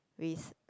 race